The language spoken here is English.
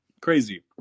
Crazy